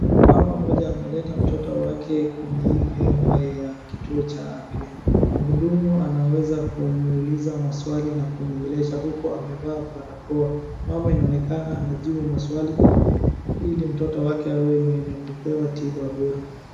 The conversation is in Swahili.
Mama mmoja ameleta mtoto wake kwenye hii hema ya kituo cha afya. Muhudumu anaweza kumuuliza maswali na kumuongelesha huku amevaa barakoa. Mama inaonekana anajibu maswali ili mtoto wake awe ni mwenye kupewa tiba bora.